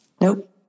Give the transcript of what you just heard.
Nope